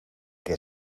que